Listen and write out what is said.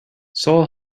seoul